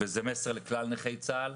זה מסר לכלל נכי צה"ל.